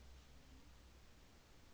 快点你来看 jessie